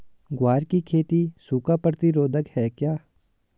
ग्वार की खेती सूखा प्रतीरोधक है क्या?